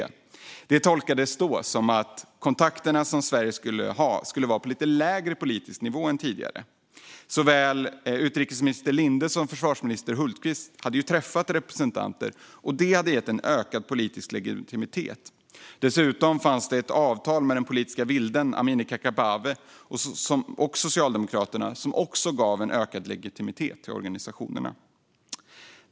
Det tolkades då som att de kontakter Sverige skulle ha skulle vara på en lägre politisk nivå än tidigare. Såväl utrikesminister Linde som försvarsminister Hultqvist hade tidigare träffat representanter för grupperna, och det hade gett dem ökad politisk legitimitet. Dessutom fanns det ett avtal mellan den politiska vilden Amineh Kakabaveh och Socialdemokraterna, som också gav ökad legitimitet till organisationerna.